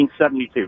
1972